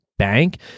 bank